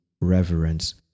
reverence